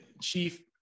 Chief